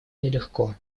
нелегко